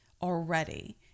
already